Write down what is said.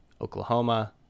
Oklahoma